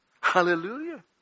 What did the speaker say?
Hallelujah